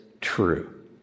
True